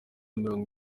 mirongo